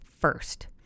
first